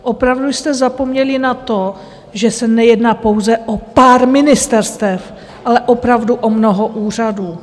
Opravdu jste zapomněli na to, že se nejedná pouze o pár ministerstev, ale opravdu o mnoho úřadů.